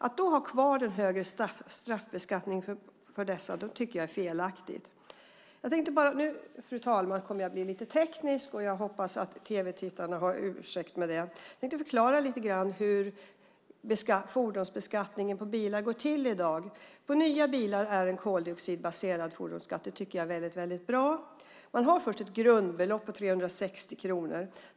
Att då ha kvar den högre straffbeskattningen för dessa tycker jag är felaktigt. Fru talman! Nu kommer jag att bli lite teknisk, och jag hoppas att tv-tittarna har överseende med det. Jag tänkte förklara lite hur fordonsbeskattningen av bilar går till i dag. För nya bilar är fordonsskatten koldioxidbaserad. Det tycker jag är väldigt bra. Man har först ett grundbelopp på 360 kronor.